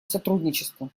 сотрудничеству